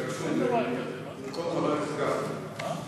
במקום חבר הכנסת גפני.